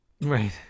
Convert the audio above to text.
Right